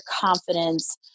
confidence